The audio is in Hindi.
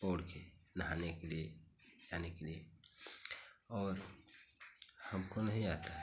पोढ़ कर नहाने के लिए जाने के लिए और हमको नहीं आता है